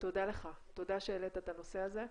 תודה לך, תודה שהעלית את הנושא הזה.